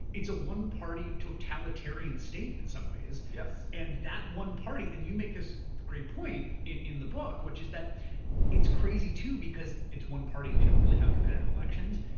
it's a one party totalitarian state in some ways. and that one party, and you make this great point in the book, which is that it's crazy too because it's one party and they don't really have competitive elections.